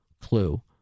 clue